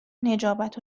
نجابت